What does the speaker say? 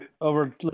over